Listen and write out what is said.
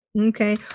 Okay